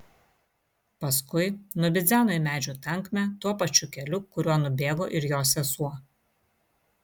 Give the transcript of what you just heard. paskui nubidzeno į medžių tankmę tuo pačiu keliu kuriuo nubėgo ir jo sesuo